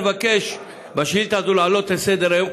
אני מבקש בשאילתה הזאת להעלות לסדר-היום,